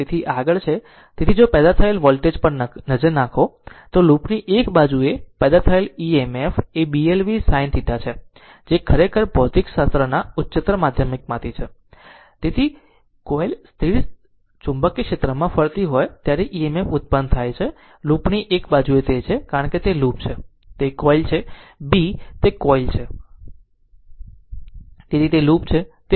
તેથી આગળ છે તેથી જો પેદા થયેલ વોલ્ટેજ પર નજર નાખો તો લૂપની એક બાજુએ પેદા થયેલ EMF એ bl v sin is છે જે ખરેખર ભૌતિકશાસ્ત્રના ઉચ્ચતર માધ્યમિકમાંથી છે તેથી જ્યારે કોઇલ સ્થિર ચુંબકીય ક્ષેત્રમાં ફરતી હોય ત્યારે EMF ઉત્પન્ન થાય છે લૂપની એક બાજુ તે છે કારણ કે તે લૂપ છે તે કોઇલ છે B તે કોઇલ છે તેથી તે લૂપ છે